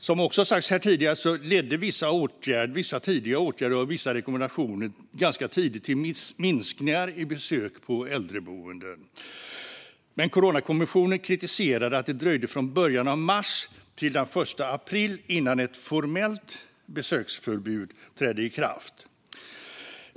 Som också har sagts här tidigare ledde vissa tidiga åtgärder och rekommendationer ganska tidigt till minskningar i besök på äldreboenden. Men Coronakommissionen kritiserade att det dröjde från i början av mars till den 1 april innan ett formellt besöksförbud trädde i kraft.